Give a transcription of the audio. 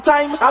Time